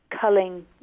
Culling